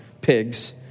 pigs